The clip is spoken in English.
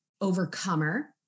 overcomer